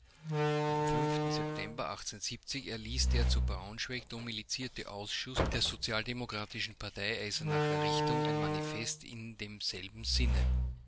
am september erließ der zu braunschweig domizilierte ausschuß der sozialdemokratischen partei eisenacher richtung ein manifest in demselben sinne